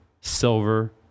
silver